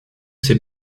ses